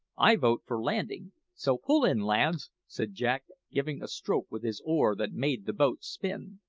i vote for landing so pull in, lads! said jack, giving a stroke with his oar that made the boat spin.